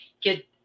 get